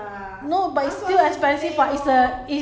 好像一个人 maybe 要二十多块